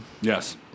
Yes